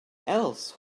else